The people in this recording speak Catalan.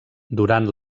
durant